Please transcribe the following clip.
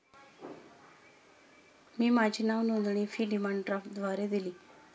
मी माझी नावनोंदणी fee demand ड्राफ्टद्वारे दिली